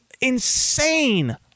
insane